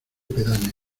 pedáneo